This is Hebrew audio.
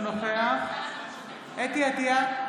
אינו נוכח חוה אתי עטייה,